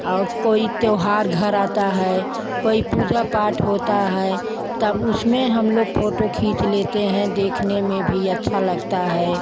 और कोई त्यौहार घर आता है कोई पूजा पाठ होता है तब उसमें हम लोग फोटो खींच लेते हैं देखने में भी अच्छा लगता है